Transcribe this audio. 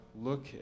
Look